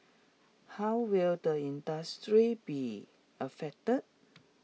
how will the industry be affected